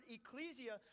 Ecclesia